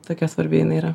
tokia svarbi jinai yra